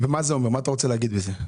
מה אתה רוצה להגיד בזה?